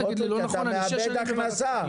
אל תגיד לי לא נכון, אני שש שנים בוועדת הכספים.